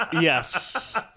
Yes